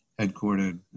headquartered